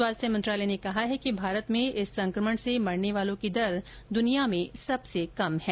स्वास्थ्य मंत्रालय ने कहा है कि भारत में इस संकमण से मरने वालों की दर दुनिया में सबसे कम है